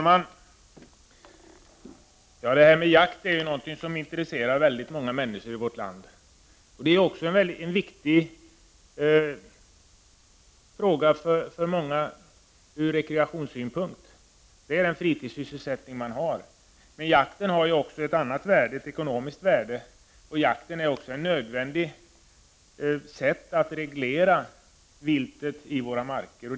Herr talman! Jakt är någonting som intresserar väldigt många människor i vårt land. Jakten är bl.a. viktig för många ur rekreationssynpunkt. Men jakten har också ett ekonomiskt värde, och den är nödvändig för att reglera viltet i våra marker.